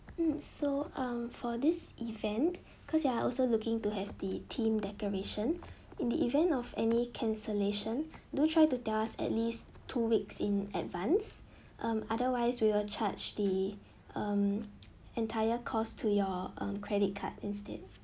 mm so um for this event cause you are also looking to have the team decoration in the event of any cancellation do try to tell us at least two weeks in advance um otherwise we will charge the um entire cost to your uh credit card instead